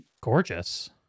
gorgeous